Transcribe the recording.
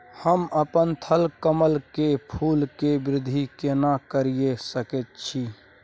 हम अपन थलकमल के फूल के वृद्धि केना करिये सकेत छी?